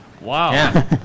Wow